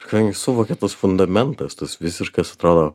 kadangi suvokia tas fundamentas tas visiškas atrodo